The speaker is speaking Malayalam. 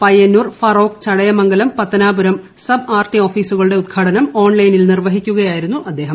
പയ്യന്നൂർ ഫറോക്ക് ചടയമംഗലം പത്തനാപുരം സബ് ആർടി ഓഫീസുകളുടെ ഉദ്ഘാടനം ഓൺലൈനിൽ നിർവഹിക്കുകയായിരുന്നു അദ്ദേഹം